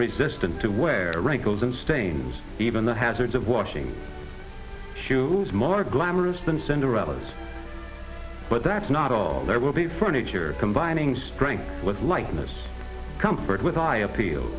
resistant to wear rankles and stains even the hazards of washing shoes mark glamorous than cinderella's but that's not all there will be furniture combining strength with lightness comfort with i appeal